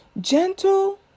gentle